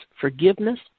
forgiveness